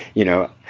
you know,